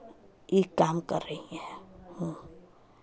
इ काम कर रही है हूँ